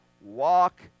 walk